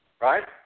right